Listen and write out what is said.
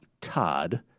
Todd